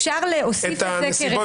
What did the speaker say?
לכן אני אומרת שאפשר להוסיף את זה כרכיב,